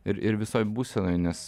ir ir visoj būsenoj nes